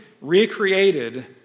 recreated